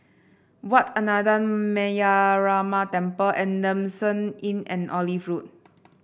Wat Ananda Metyarama Temple Adamson Inn and Olive Road